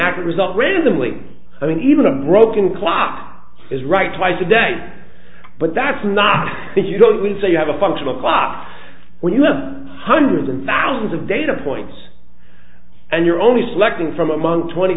accurate result randomly i mean even a broken clock is right twice a day but that's not what you don't need so you have a functional clock when you have hundreds and thousands of data points and you're only selecting from among twenty